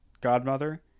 godmother